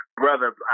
Brother